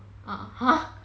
ah !huh!